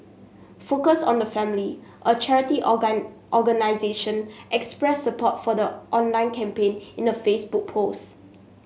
focus on the Family a charity organisation expressed support for the online campaign in a Facebook post